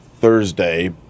Thursday